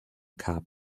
cap